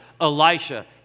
Elisha